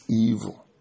evil